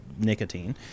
nicotine